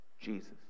Jesus